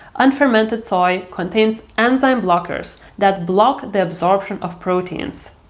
unfermented soy contains enzyme blockers, that block the absorption of proteins.